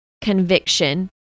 conviction